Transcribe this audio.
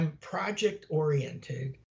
project-oriented